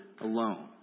alone